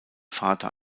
vater